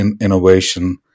innovation